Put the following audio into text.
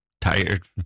tired